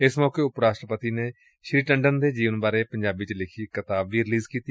ਇਸ ਮੌਕੇ ਉਪ ਰਾਸਟਰਪਤੀ ਨੇ ਸ੍ਰੀ ਟੰਡਨ ਦੇ ਜੀਵਨ ਬਾਰੇ ਪੰਜਾਬੀ ਚ ਲਿਖੀ ਇਕ ਕਿਤਾਬ ਵੀ ਰਲੀਜ਼ ਕੀਤੀ